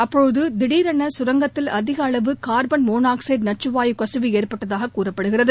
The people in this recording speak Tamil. அப்போது திடீரென கரங்கத்தில் அதிக அளவு கார்பன் மோனாக்சைடு நச்சு வாயு கசிவு ஏற்பட்டதாக கூறப்படுகிறது